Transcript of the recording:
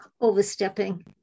overstepping